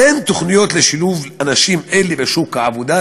אין תוכניות לשילובם בשוק העבודה,